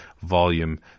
volume